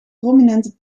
prominente